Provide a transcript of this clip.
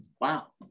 Wow